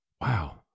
Wow